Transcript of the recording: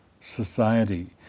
society